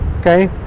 Okay